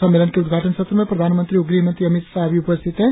सम्मेलन के उद्घाटन सत्र में प्रधानमंत्री और गृहमंत्री अमित शाह भी उपस्थित थे